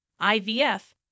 IVF